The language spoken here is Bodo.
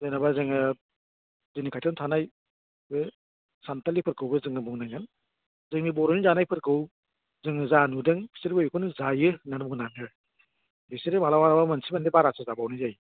जेनेबा जोङो जोंनि खाथियावनो थानाय बे सान्थालिफोरखौबो जोङो बुंनांगोन जोंनि बर'नि जानायफोरखौ जोङो जा नुदों बिसोरबो जायो होनना बुंनांगोन आरो बिसोरो माब्लाबा माब्लाबा मोनसे मोननै बारासो जाबावनाय जायो